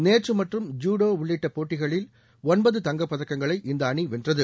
நேற்று மட்டும் ஜூடோ உள்ளிட்ட போட்டிகளில் ஒன்பத தங்கப்பதங்களை இந்த அணி வென்றது